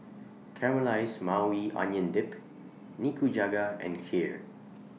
Caramelized Maui Onion Dip Nikujaga and Kheer